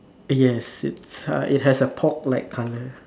yes it's uh it has a pork like colour